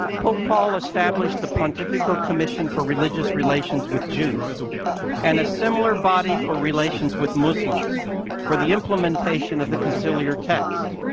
pope paul established the pontifical commission for religious relations with jews and a similar body for relations with muslims for the implementation of the conciliar text.